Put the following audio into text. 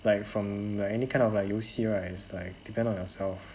like from like any kind of like 游戏 right like depend on yourself